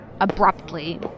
Abruptly